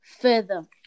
further